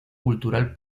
cultural